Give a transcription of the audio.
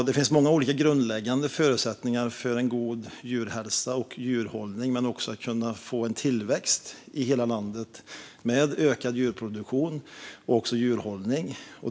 Det finns många olika grundläggande förutsättningar för god djurhälsa och djurhållning men också för att kunna få tillväxt i hela landet med ökad djurproduktion och djurhållning.